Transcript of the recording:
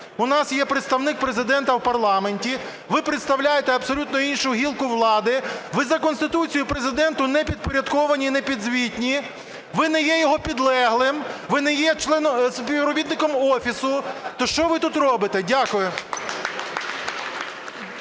У нас є Представник Президента у парламенті. Ви представляєте абсолютно іншу гілку влади, ви за Конституцією Президенту не підпорядковані і не підзвітні, ви не є його підлеглим, ви не є співробітником Офісу, то що ви тут робите? Дякую.